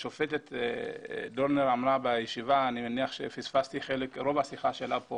השופטת דורנר אמרה בישיבה אני מניח שהחמצתי את רוב השיחה שלה כאן